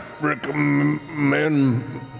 recommend